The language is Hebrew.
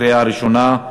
בקריאה ראשונה.